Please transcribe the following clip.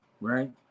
right